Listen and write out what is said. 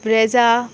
Brezza